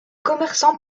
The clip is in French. commerçants